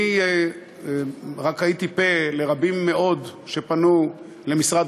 אני רק הייתי פה לרבים מאוד שפנו למשרד